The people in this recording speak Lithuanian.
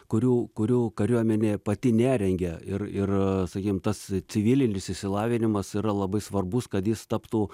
kurių kurių kariuomenė pati nerengia ir ir sakykim tas civilis išsilavinimas yra labai svarbus kad jis taptų